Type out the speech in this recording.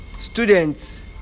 Students